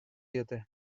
diote